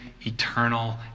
eternal